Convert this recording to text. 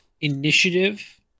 initiative